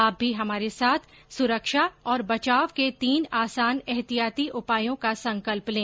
आप भी हमारे साथ सुरक्षा और बचाव के तीन आसान एहतियाती उपायों का संकल्प लें